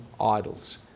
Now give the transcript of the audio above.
idols